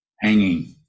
hanging